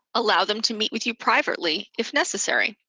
allow them to meet with you privately, if necessary.